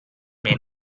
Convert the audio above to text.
may